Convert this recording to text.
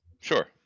Sure